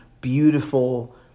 beautiful